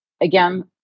again